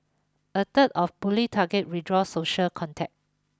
a third of bullied targets withdrew social contact